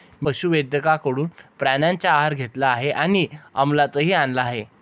मी पशुवैद्यकाकडून प्राण्यांचा आहार घेतला आहे आणि अमलातही आणला आहे